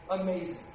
Amazing